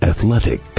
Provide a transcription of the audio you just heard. Athletic